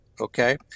okay